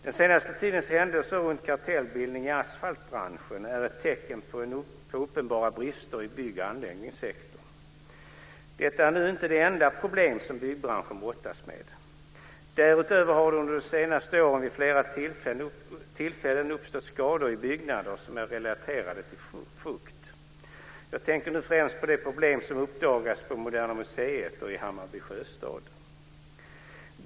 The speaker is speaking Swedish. Den senaste tidens händelser runt kartellbildning i asfaltbranschen är ett tecken på uppenbara brister i bygg och anläggningssektorn. Detta är nu inte de enda problem som byggbranschen brottas med. Därutöver har det under de senaste åren vid flera tillfällen uppstått skador i byggnader som är relaterade till fukt. Jag tänker nu främst på de problem som uppdagats på Moderna museet och i Hammarby Sjöstad.